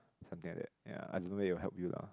something like that ya I don't know it will help you out